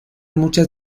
muchas